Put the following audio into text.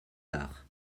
arts